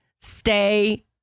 stay